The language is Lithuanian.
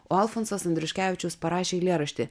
o alfonsas andriuškevičius parašė eilėraštį